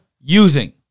using